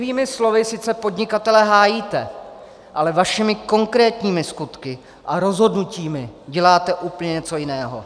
Líbivými slovy sice podnikatele hájíte, ale svými konkrétními skutky a rozhodnutími děláte úplně něco jiného.